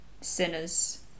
sinners